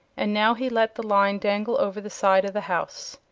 and now he let the line dangle over the side of the house.